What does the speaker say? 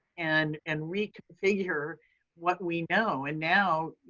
and, and reconfigure what we know. and now,